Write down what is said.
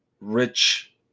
rich